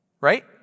Right